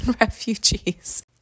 refugees